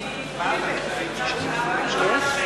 איפה ליברמן ששלח אותך,